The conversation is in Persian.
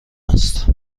است